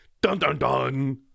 Dun-dun-dun